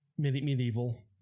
Medieval